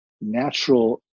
natural